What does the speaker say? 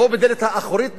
בלי תיאום עם העירייה.